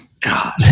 God